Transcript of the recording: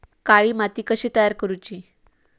काळी माती कशी तयार करूची?